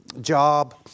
job